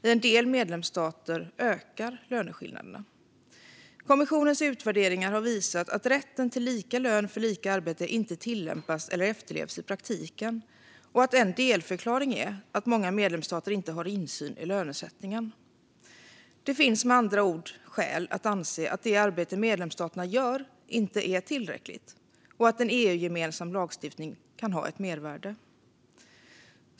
I en del medlemsstater ökar löneskillnaderna. Kommissionens utvärderingar har visat att rätten till lika lön för lika arbete inte tillämpas eller efterlevs i praktiken och att en delförklaring är att många medlemsstater inte har insyn i lönesättningen. Det finns med andra ord skäl att anse att det arbete som medlemsstaterna gör inte är tillräckligt och att en EU-gemensam lagstiftning kan ha ett mervärde.